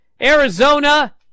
Arizona